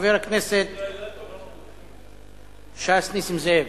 חבר הכנסת מש"ס, נסים זאב.